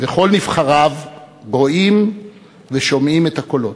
וכל נבחריו רואים ושומעים את הקולות.